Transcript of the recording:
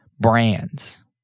brands